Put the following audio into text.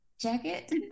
jacket